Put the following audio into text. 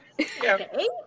Okay